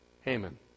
Haman